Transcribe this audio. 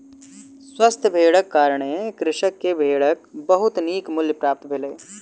स्वस्थ भेड़क कारणें कृषक के भेड़क बहुत नीक मूल्य प्राप्त भेलै